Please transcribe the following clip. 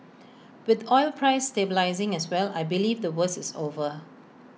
with oil prices stabilising as well I believe the worst is over